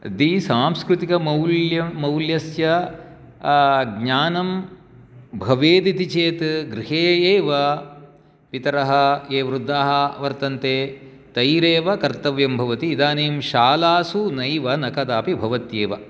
यदि सांस्कृतिकमौल्य मौल्यस्य ज्ञानं भवेद् इति चेत् गृहे एव पितरः ये वृद्धाः वर्तन्ते तैरेव कर्तव्यं भवति इदानीं शालासु नैव न कदापि भवत्येव